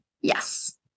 yes